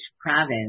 province